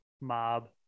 mob